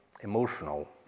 emotional